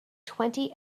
twenty